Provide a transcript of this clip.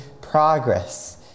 progress